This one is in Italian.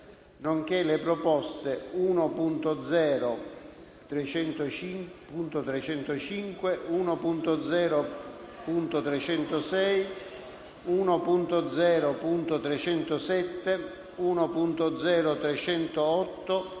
nonché le proposte 1.0.305, 1.0.306, 1.0.307, 1.0.308,